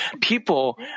People